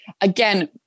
Again